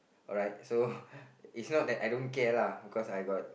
alright so it's not that I don't care lah because I got